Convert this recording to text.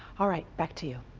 all right, back to you.